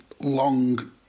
long